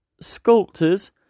sculptors